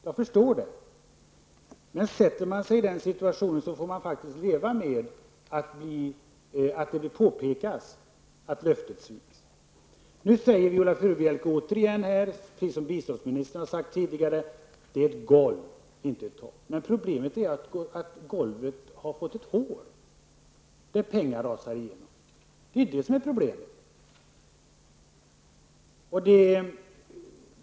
Men försätter man sig i den situationen, får man faktiskt leva med att det påpekas att löftet sviks. Nu säger Viola Furubjelke återigen, precis som biståndsministern har sagt tidigare, att det är fråga om golv, inte tak. Men problemet är att golvet har fått ett hål, där pengar rasar igenom.